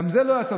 גם זה לא היה טוב.